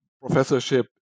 professorship